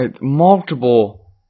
Multiple